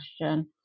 question